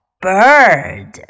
bird